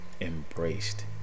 embraced